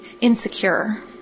insecure